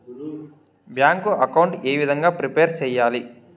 Bank account ఏ విధంగా prepare సెయ్యాలి?